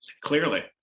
Clearly